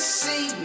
see